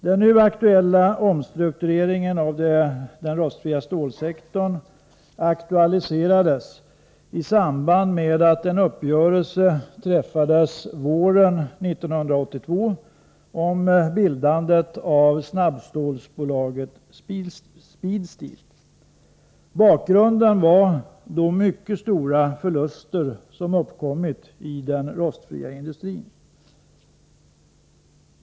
Den nu aktuella omstruktureringen av den rostfria stålsektorn aktualiserades i samband med att uppgörelse träffades våren 1982 om bildandet av snabbstålsbolaget Speedsteel. Bakgrunden var de mycket stora förluster som uppkommit inom den rostfria industrin.